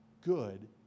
good